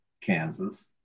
Kansas